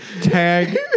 tag